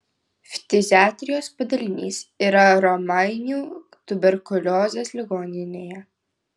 ftiziatrijos padalinys yra romainių tuberkuliozės ligoninėje